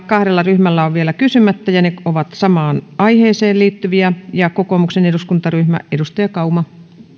kahdella ryhmällä on vielä kysymys kysymättä ja ne ovat samaan aiheeseen liittyviä kokoomuksen eduskuntaryhmä edustaja kauma